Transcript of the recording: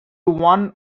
one